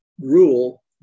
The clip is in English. rule